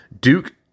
Duke